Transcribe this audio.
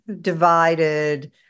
divided